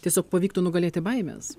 tiesiog pavyktų nugalėti baimes